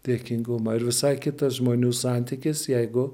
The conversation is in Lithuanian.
dėkingumą ir visai kitas žmonių santykis jeigu